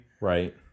Right